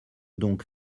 donc